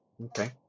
okay